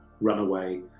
runaway